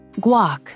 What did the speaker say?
Guac